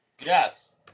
Yes